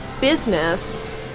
business